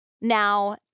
Now